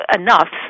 enough